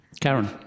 Karen